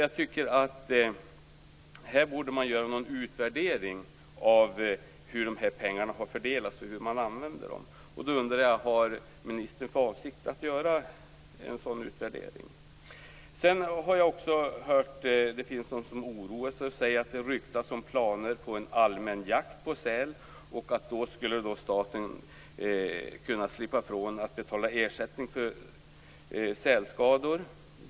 Jag tycker att man borde göra en utvärdering av hur dessa pengar har fördelats och hur man använder dem. Har ministern för avsikt att göra en sådan utvärdering? Det finns de som oroas och säger att det ryktas om planer på en allmän jakt på säl, eftersom staten då skulle kunna slippa ifrån att betala ersättning för sälskador.